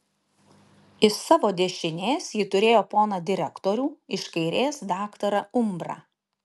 iš savo dešinės ji turėjo poną direktorių iš kairės daktarą umbrą